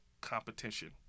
competition